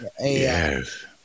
Yes